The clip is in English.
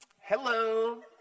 Hello